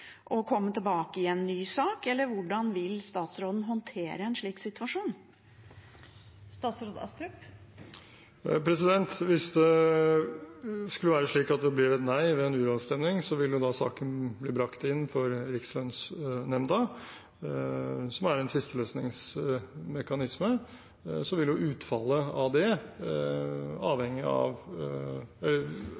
statsråden håndtere en slik situasjon? Hvis det skulle være slik at det blir et nei ved en uravstemning, vil saken bli brakt inn for Rikslønnsnemnda, som er en tvisteløsningsmekanisme. Så vil utfallet av det